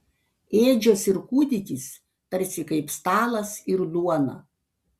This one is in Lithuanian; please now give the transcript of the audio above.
ėdžios ir kūdikis tarsi kaip stalas ir duona